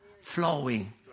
flowing